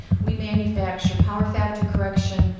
we manufacture power factor correction,